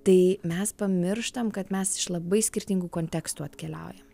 tai mes pamirštam kad mes iš labai skirtingų kontekstų atkeliaujam